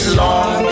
long